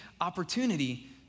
opportunity